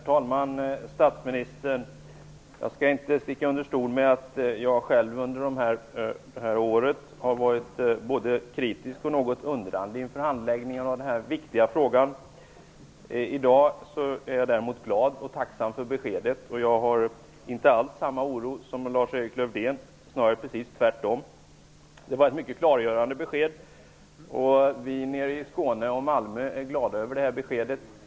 Herr talman! Jag skall inte sticka under stol med att jag själv under detta år har varit både kritisk och något undrande inför handläggningen av denna viktiga fråga. I dag är jag däremot glad och tacksam över beskedet. Jag hyser inte alls samma oro som Lars-Erik Lövdén -- snarare tvärtom. Det var ett mycket klargörande besked. Vi i Skåne och i Malmö är glada över detta besked.